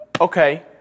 okay